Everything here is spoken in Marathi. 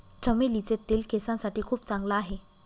चमेलीचे तेल केसांसाठी खूप चांगला आहे